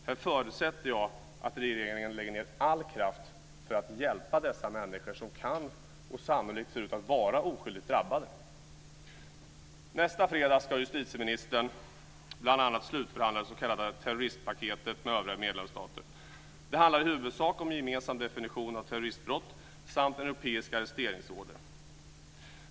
Här förutsätter jag att regeringen lägger ned all kraft för att hjälpa dessa människor som kan och sannolikt ser ut att vara oskyldigt drabbade. Nästa fredag ska justitieministern bl.a. slutförhandla det s.k. terroristpaketet med övriga medlemsstater. Det handlar i huvudsak om en gemensam definition av terroristbrott samt europeiska arresteringsorder.